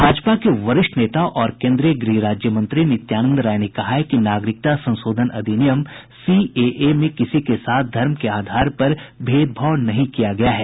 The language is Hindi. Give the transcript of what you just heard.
भाजपा के वरिष्ठ नेता और केन्द्रीय गृह राज्य मंत्री नित्यानंद राय ने कहा है कि नागरिकता संशोधन अधिनियम सीएए में किसी के साथ धर्म के आधार पर भेदभाव नहीं किया गया है